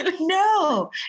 No